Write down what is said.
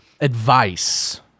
advice